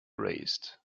raised